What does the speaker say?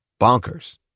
bonkers